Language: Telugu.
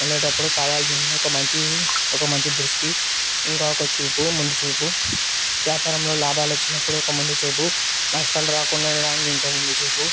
మొదలైనప్పుడు వెళ్లేటప్పుడు కావలసిన ఒక మంచి ఒక మంచి దృష్టి ఇంకొక చూపు ముందు చూపు వ్యాపారంలో లాభాలు వచ్చినప్పుడు ఒక ముందు చూపు నష్టాలు రాకుండా ఉండడానికి ఇంకొక ముందు చూపు